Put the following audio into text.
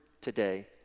today